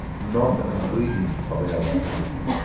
not an ingredient of our identity.